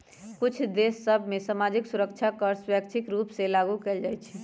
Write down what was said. कुछ देश सभ में सामाजिक सुरक्षा कर स्वैच्छिक रूप से लागू कएल जाइ छइ